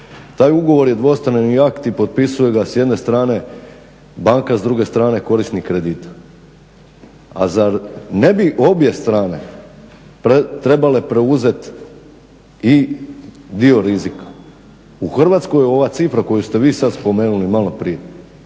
Taj ugovor je dvostrani akt i potpisuje ga s jedne strane banka s druge strane korisnik kredita a zar ne bi obje strane trebale preuzet i dio rizika. U Hrvatskoj je ova cifra koju ste vi sad spomenuli maloprije,